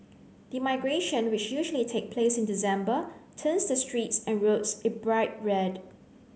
the migration which usually take place in December turns the streets and roads a bright red